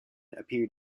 appeared